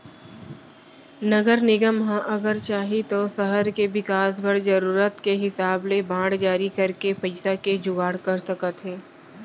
नगर निगम ह अगर चाही तौ सहर के बिकास बर जरूरत के हिसाब ले बांड जारी करके पइसा के जुगाड़ कर सकत हे